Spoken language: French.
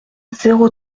zéro